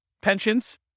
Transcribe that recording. pensions